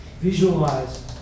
Visualize